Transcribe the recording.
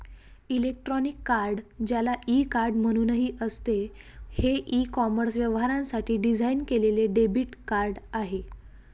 electronic card, ज्याला e card म्हणूनही असते, हे ई कॉमर्स व्यवहारांसाठी डिझाइन केलेले डेबिट कार्ड आहे